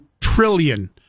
trillion